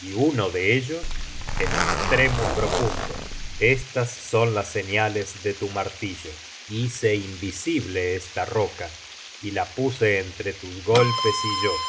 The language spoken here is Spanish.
y uno de ellos en estremo profundo estas son las señales de tu martillo hice invisible esta roca y la puse entre tus golpes y yo